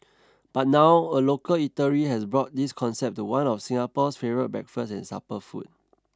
but now a local eatery has brought this concept to one of Singapore's favourite breakfast and supper food